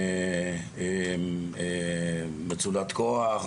מצודת כוח,